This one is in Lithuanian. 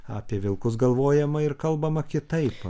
apie vilkus galvojama ir kalbama kitaip